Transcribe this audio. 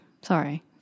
Sorry